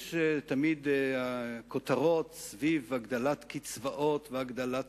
יש תמיד כותרות סביב הגדלת קצבאות והגדלת